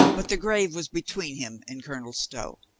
but the grave was between him and colonel stow.